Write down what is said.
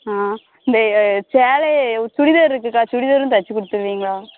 ஆ இந்த சேலையை சுடிதார் இருக்குதுக்கா சுடிதாரும் தச்சு கொடுத்துருவீங்களா